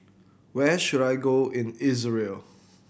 where should I go in Israel